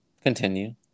continue